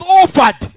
offered